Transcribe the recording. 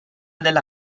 della